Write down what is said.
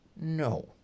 No